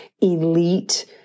elite